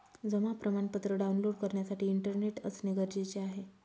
जमा प्रमाणपत्र डाऊनलोड करण्यासाठी इंटरनेट असणे गरजेचे आहे